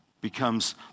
becomes